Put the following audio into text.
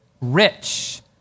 rich